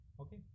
okay